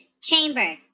chamber